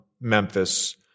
Memphis